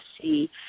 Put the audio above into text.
see